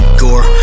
gore